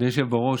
אדוני היושב בראש,